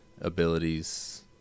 abilities